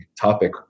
topic